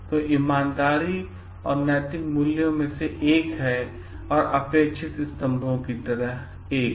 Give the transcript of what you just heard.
तो ईमानदारी नैतिक मूल्यों के एक है अपेक्षित स्तंभों की तरह है